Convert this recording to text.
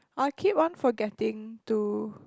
I keep on forgetting to